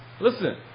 listen